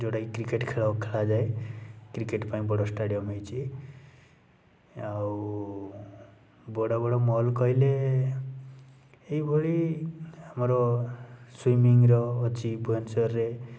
ଯେଉଁଟାକି କ୍ରିକେଟ୍ ଖେଳ ଖେଳାଯାଏ କ୍ରିକେଟ୍ ପାଇଁ ବଡ଼ ଷ୍ଟାଡ଼ିୟମ୍ ହେଇଛି ଆଉ ବଡ଼ ବଡ଼ ମଲ୍ କହିଲେ ଏଇଭଳି ଆମର ସୁଇମିଙ୍ଗର ଅଛି ଭୁବନେଶ୍ୱରରେ